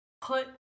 Put